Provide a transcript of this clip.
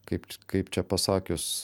kaip kaip čia pasakius